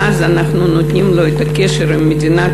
כלומר אנחנו נותנים לו את הקשר עם מדינת